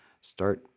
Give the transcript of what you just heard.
start